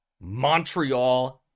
Montreal